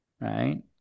right